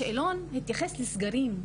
השאלון התייחס לסגרים.